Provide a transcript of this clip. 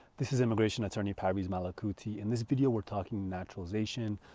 this is immigration attorney parviz malakouti. in this video, we're talking naturalization,